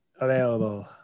available